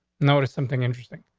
notice something interesting.